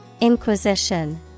Inquisition